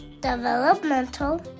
developmental